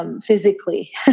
Physically